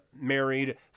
married